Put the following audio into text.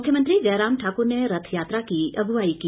मुख्यमंत्री जयराम ठाकुर ने रथयात्रा की अगुवाई की